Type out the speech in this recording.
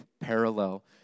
parallel